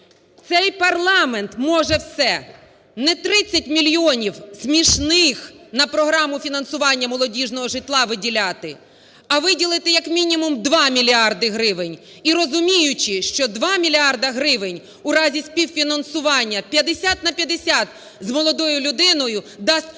Цей парламент може все. Не 30 мільйонів смішних на програму фінансування молодіжного житла виділяти, а виділити як мінімум 2 мільярда гривень. І розуміючи, що 2 мільярда гривень у разі співфінансування 50 на 50 з молодою людиною дасть